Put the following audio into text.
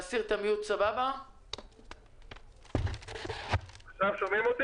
ולהסיר חסמים וכל הדברים שאמרו עד עכשיו על זה